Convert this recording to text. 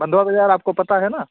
बंधवा बाज़ार आपको पता है ना